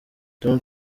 tom